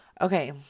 Okay